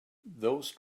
those